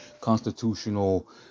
constitutional